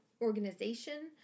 organization